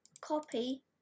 copy